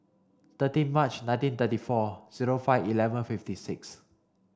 thirteen March nineteen thirty four zero five eleven fifty six